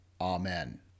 Amen